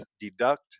deduct